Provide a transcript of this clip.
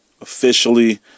officially